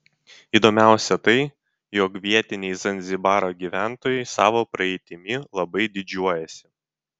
įdomiausia tai jog vietiniai zanzibaro gyventojai savo praeitimi labai didžiuojasi